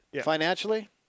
Financially